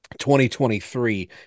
2023